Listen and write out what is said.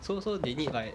so so they need like